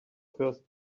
first